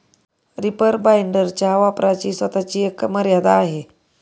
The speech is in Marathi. रीपर बाइंडरच्या वापराची स्वतःची एक मर्यादा आहे